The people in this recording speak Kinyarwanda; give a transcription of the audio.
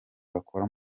bakora